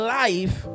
life